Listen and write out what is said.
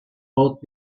both